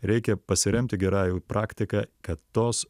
reikia pasiremti gera jų praktika kad tos